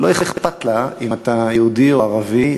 לא אכפת לה אם אתה יהודי או ערבי,